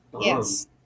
Yes